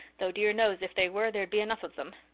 though dear knows if they were there'd be enough of them.